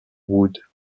would